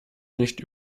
nicht